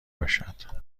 باشد